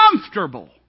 comfortable